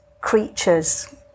creatures